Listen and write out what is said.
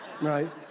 right